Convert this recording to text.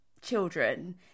children